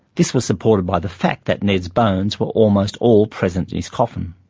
this was supported by the fact that ned's bones were almost all present in his coffin.